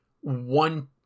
one